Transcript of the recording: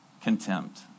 contempt